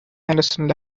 henderson